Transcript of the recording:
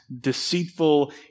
deceitful